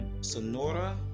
Sonora